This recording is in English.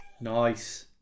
nice